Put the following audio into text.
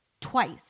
twice